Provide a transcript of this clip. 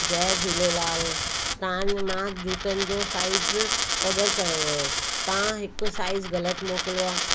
जय झूलेलाल तव्हां जो मां जूतनि जो साईज़ ऑडर कयो हुयो तव्हां हिकु साईज़ ग़लति मोकिलियो आहे